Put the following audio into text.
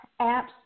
apps